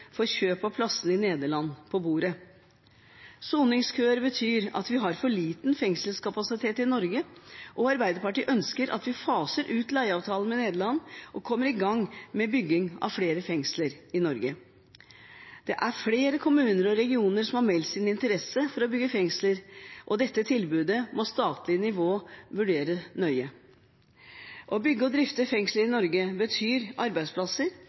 for kjøp av plassene i Nederland på bordet. Soningskøer betyr at vi har for liten fengselskapasitet i Norge, og Arbeiderpartiet ønsker at vi faser ut leieavtalen med Nederland og kommer i gang med bygging av flere fengsler i Norge. Det er flere kommuner og regioner som har meldt sin interesse for å bygge fengsler, og dette tilbudet må statlig nivå vurdere nøye. Å bygge og drifte fengsler i Norge betyr arbeidsplasser